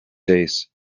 days